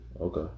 Okay